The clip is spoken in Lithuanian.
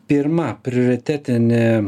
pirma prioritetinė